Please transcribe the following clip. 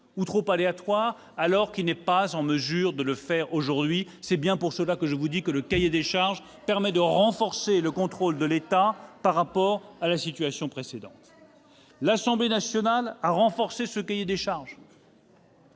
ou trop aléatoire, alors qu'il n'est pas en mesure de le faire aujourd'hui. C'est bien pour cela que je vous dis que le cahier des charges permet de renforcer le contrôle de l'État par rapport à la situation précédente. L'Assemblée nationale a renforcé ce cahier des charges,